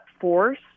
force